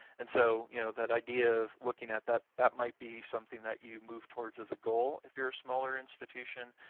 and so you know that idea of looking at that, that might be something that you move towards as a goal if you're a smaller institution,